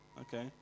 okay